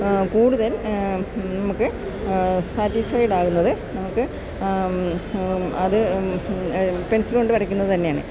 കൂടുതൽ നമുക്ക് സാറ്റിസ്ഫൈഡ് ആവുന്നത് നമുക്ക് അത് പെൻസിലുകൊണ്ട് വരയ്ക്കുന്നതു തന്നെയാണ്